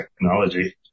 technology